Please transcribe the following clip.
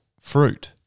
fruit